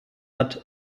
hat